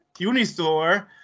Unistore